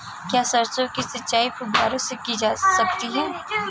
क्या सरसों की सिंचाई फुब्बारों से की जा सकती है?